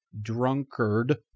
drunkard